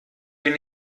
bin